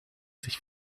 sich